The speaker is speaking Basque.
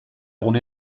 gune